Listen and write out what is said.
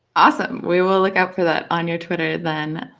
awesome. we will look out for that on your twitter, then.